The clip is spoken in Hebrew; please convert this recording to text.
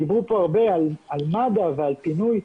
דיברו כאן הרבה על מד"א ועל פינוי.